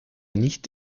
nicht